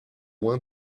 loin